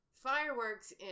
Fireworks